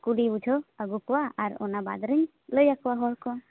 ᱠᱩᱞᱤ ᱵᱩᱡᱷᱟᱹᱣ ᱟᱜᱩ ᱠᱚᱣᱟ ᱟᱨ ᱚᱱᱟ ᱵᱟᱫ ᱨᱮᱧ ᱞᱟᱹᱭᱟᱠᱚᱣᱟ ᱦᱚᱲ ᱠᱚ